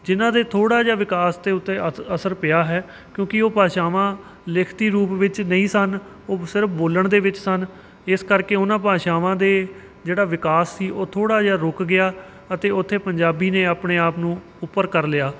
ਜਿਨ੍ਹਾਂ ਦੇ ਥੋੜ੍ਹਾ ਜਿਹਾ ਵਿਕਾਸ ਦੇ ਉੱਤੇ ਅਸ ਅਸਰ ਪਿਆ ਹੈ ਕਿਉਂਕਿ ਉਹ ਭਾਸ਼ਾਵਾਂ ਲਿਖਤੀ ਰੂਪ ਵਿੱਚ ਨਹੀਂ ਸਨ ਉਹ ਸਿਰਫ਼ ਬੋਲਣ ਦੇ ਵਿੱਚ ਸਨ ਇਸ ਕਰਕੇ ਉਹਨਾਂ ਭਾਸ਼ਾਵਾਂ ਦੇ ਜਿਹੜਾ ਵਿਕਾਸ ਸੀ ਉਹ ਥੋੜ੍ਹਾ ਜਿਹਾ ਰੁਕ ਗਿਆ ਅਤੇ ਉੱਥੇ ਪੰਜਾਬੀ ਨੇ ਆਪਣੇ ਆਪ ਨੂੰ ਉੱਪਰ ਕਰ ਲਿਆ